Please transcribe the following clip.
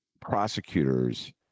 prosecutors